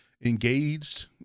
engaged